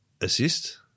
assist